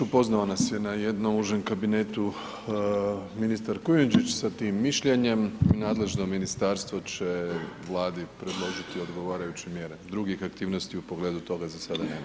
Upoznao nas je na jednom užem kabinetu ministar Kujundžić sa tim mišljenjem i nadležno ministarstvo će Vladi predložiti odgovarajuće mjere drugih aktivnosti u pogledu toga za sada nema.